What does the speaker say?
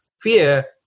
fear